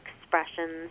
expressions